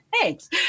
thanks